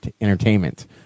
entertainment